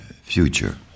Future